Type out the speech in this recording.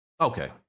Okay